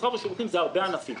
מסחר ושירותים כוללים הרבה ענפים.